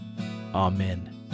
Amen